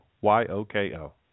Y-O-K-O